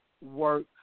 work